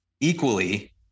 equally